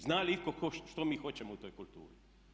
Zna li itko što mi hoćemo u toj kulturi?